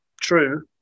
true